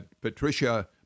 Patricia